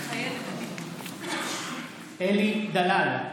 מתחייבת אני אלי דלל,